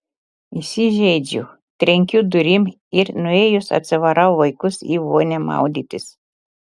įsižeidžiu trenkiu durim ir nuėjus atsivarau vaikus į vonią maudytis